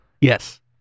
Yes